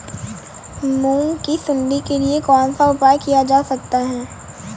मूंग की सुंडी के लिए कौन सा उपाय किया जा सकता है?